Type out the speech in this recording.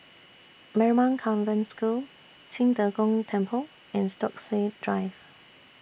Marymount Convent School Qing De Gong Temple and Stokesay Drive